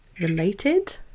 Related